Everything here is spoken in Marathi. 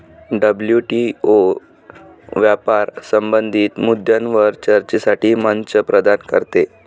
डब्ल्यू.टी.ओ व्यापार संबंधित मुद्द्यांवर चर्चेसाठी मंच प्रदान करते